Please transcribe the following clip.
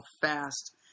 fast